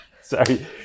Sorry